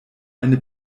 eine